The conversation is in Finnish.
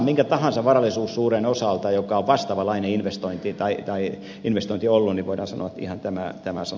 minkä tahansa varallisuussuureen osalta joka on vastaavanlainen investointi ollut voidaan sanoa ihan tämä sama